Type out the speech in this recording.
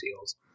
SEALs